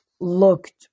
looked